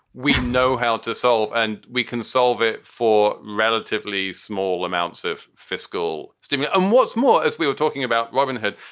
we know how to solve and we can solve it for relatively small amounts of fiscal stimulus. and um what's more, as we were talking about robin hood,